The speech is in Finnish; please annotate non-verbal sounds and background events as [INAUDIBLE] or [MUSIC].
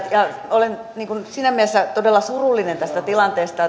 olen siinä mielessä todella surullinen tästä tilanteesta [UNINTELLIGIBLE]